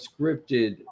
scripted